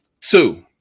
two